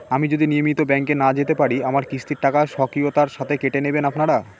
আমি যদি নিয়মিত ব্যংকে না যেতে পারি আমার কিস্তির টাকা স্বকীয়তার সাথে কেটে নেবেন আপনারা?